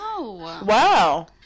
wow